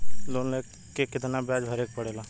Loan के कितना ब्याज भरे के पड़े ला?